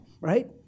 right